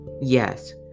Yes